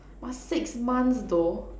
but six months though